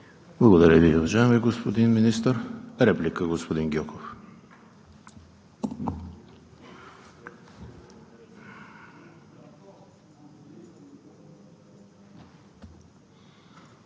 Благодаря Ви, господин Министър. Реплика, госпожо Лечева.